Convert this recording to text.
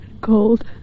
cold